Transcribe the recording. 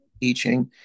teaching